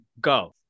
go